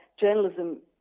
journalism